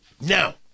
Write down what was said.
Now